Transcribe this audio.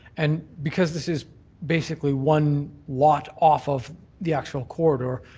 and because this is basically one lot off of the actual corridor,